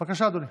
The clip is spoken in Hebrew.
אדוני.